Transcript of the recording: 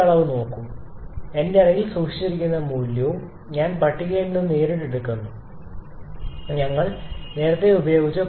ഈ അളവ് നോക്കൂ എന്റെ അരികിൽ സൂക്ഷിച്ചിരിക്കുന്ന മൂല്യവും മൂല്യവും ഞാൻ പട്ടികയിൽ നിന്ന് നേരിട്ട് എടുക്കുന്നു ഞങ്ങൾ നേരത്തെ ഉപയോഗിച്ച 0